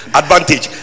advantage